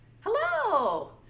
Hello